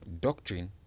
doctrine